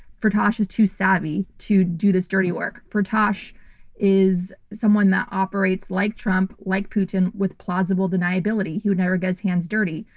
firtash is too savvy to do this dirty work. firtash is someone that operates like trump, like putin, with plausible deniability. he would never get his hands dirty.